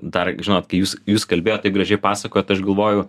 dar žinot kai jūs jūs kalbėjot taip gražiai pasakojat aš galvoju